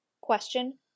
Question